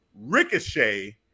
ricochet